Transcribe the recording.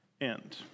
End